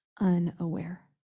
unaware